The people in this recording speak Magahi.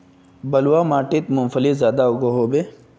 बलवाह माटित मूंगफली ज्यादा उगो होबे?